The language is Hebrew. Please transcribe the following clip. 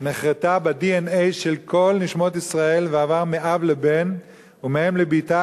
נחרתה ב-DNA של כל נשמות ישראל ועברה מאב לבן ומאם לבתה,